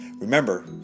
Remember